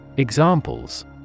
Examples